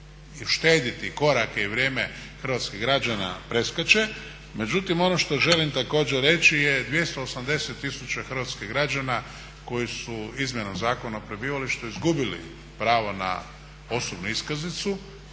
uštedjeti korake i vrijeme hrvatskih građana preskače. Međutim, ono što želim također reći je 280 tisuća hrvatskih građana koji su Izmjenom zakona o prebivalištu izgubili pravo na osobnu iskaznicu,